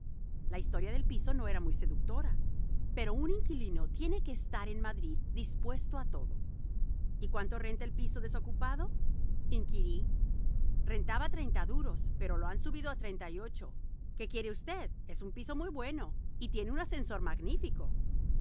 la historia del piso no era muy seductora pero un inquilino tiene que estar en madrid dispuesto a todo y cuánto renta el piso desocupado inquirí rentaba treinta duros pero lo han subido a treinta y ocho qué quiere usted es un piso muy bueno y tiene un ascensor magnífico